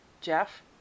Jeff